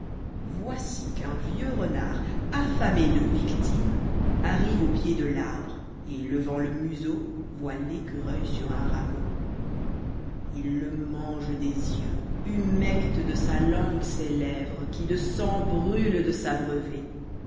voici qu'un vieux renard affamé de victimes arrive au pied de l'arbre et levant le museau voit l'écureuil sur un rameau il le mange des yeux humecte de sa langue ses lèvres qui de sang brûlent de